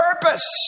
purpose